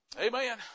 Amen